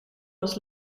was